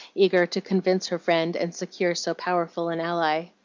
eager to convince her friend and secure so powerful an ally.